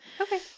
Okay